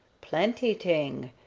plenty t'ing.